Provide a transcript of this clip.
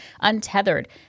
untethered